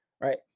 Right